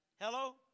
Hello